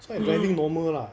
so I driving normal lah